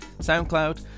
SoundCloud